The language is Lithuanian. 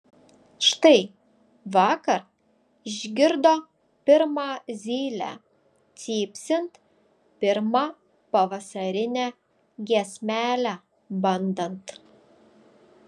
štai vakar išgirdo pirmą zylę cypsint pirmą pavasarinę giesmelę bandant